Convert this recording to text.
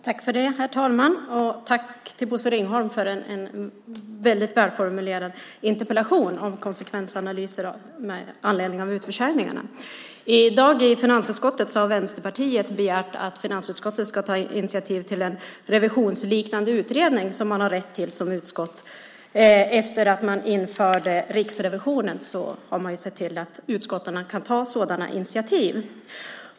Herr talman! Tack, Bosse Ringholm, för en väldigt välformulerad interpellation om konsekvensanalyser med anledning av utförsäljningarna. I dag har Vänsterpartiet begärt att finansutskottet ska ta initiativ till en revisionsliknande utredning. Sedan Riksrevisionen infördes har man sett till att utskotten kan ta sådana initiativ.